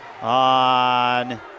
on